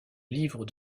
livre